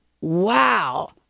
wow